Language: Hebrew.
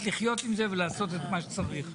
חסימות ומשרד האוצר.